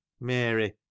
Mary